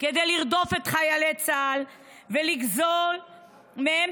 כדי לרדוף את חיילי צה"ל ולגזול מהם